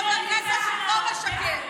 סליחה, את מביישת את הליכוד.